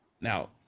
Now